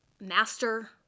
master